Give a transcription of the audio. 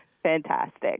Fantastic